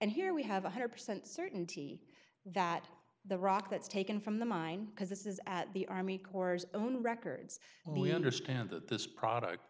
and here we have one hundred percent certainty that the rock that's taken from the mine because this is at the army corps own records and we understand that this product